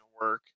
work